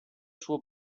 suo